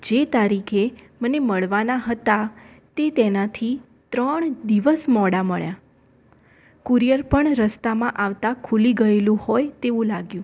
જે તારીખે મને મળવાના હતા તે તેનાથી ત્રણ દિવસ મોડા મળ્યા કુરિયર પણ રસ્તામાં આવતા ખુલી ગયેલું હોય તેવું લાગ્યું